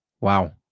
Wow